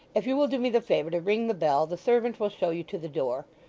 if you will do me the favour to ring the bell, the servant will show you to the door.